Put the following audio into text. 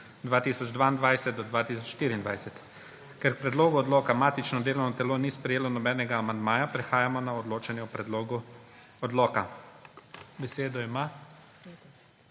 2022 do 2024.** Ker k predlogu odloka matično delovno telo ni sprejelo nobenega amandmaja, prehajamo na odločanje o predlogu odloka. Besedo ima